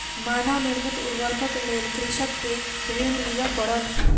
मानव निर्मित उर्वरकक लेल कृषक के ऋण लिअ पड़ल